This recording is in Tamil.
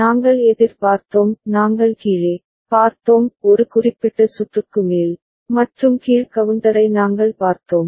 நாங்கள் எதிர் பார்த்தோம் நாங்கள் கீழே பார்த்தோம் ஒரு குறிப்பிட்ட சுற்றுக்கு மேல் மற்றும் கீழ் கவுண்டரை நாங்கள் பார்த்தோம்